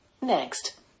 Next